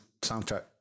soundtrack